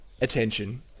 attention